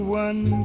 one